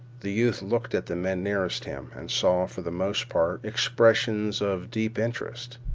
the youth looked at the men nearest him, and saw, for the most part, expressions of deep interest,